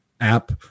app